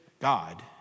God